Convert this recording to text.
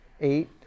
eight